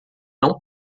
não